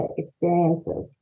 experiences